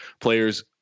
players